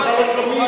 כי אותך לא שומעים.